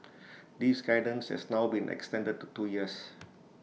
this guidance has now been extended to two years